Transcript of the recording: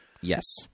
Yes